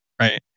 right